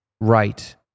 right